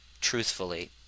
truthfully